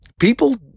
People